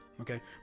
Okay